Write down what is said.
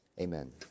Amen